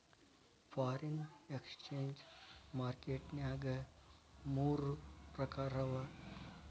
foreign exchange market ನ್ಯಾಗ ಮೂರ್ ಪ್ರಕಾರವ